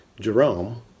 Jerome